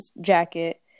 jacket